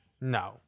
no